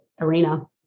arena